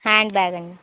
hand bag అండి